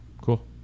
Cool